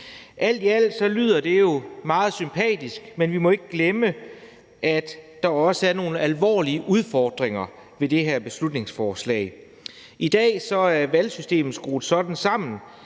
Alt i alt lyder det jo meget sympatisk, men vi må ikke glemme, at der også er nogle alvorlige udfordringer ved det her beslutningsforslag. I dag er valgsystemet skruet sådan sammen,